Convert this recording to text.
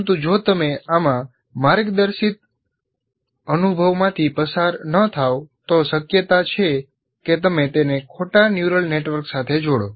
પરંતુ જો તમે આમાં માર્ગદર્શિત અનુભવમાંથી પસાર ન થાવ તો શક્યતા છે કે તમે તેને ખોટા ન્યુરલ નેટવર્ક સાથે જોડો